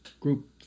group